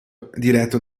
diretto